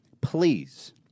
Please